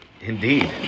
Indeed